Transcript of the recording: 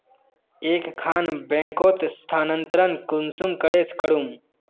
एक खान बैंकोत स्थानंतरण कुंसम करे करूम?